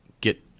get